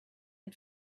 and